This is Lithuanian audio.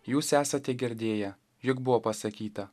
jūs esate girdėję jog buvo pasakyta